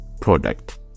product